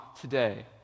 today